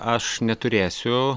aš neturėsiu